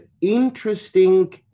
interesting